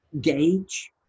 gauge